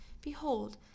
Behold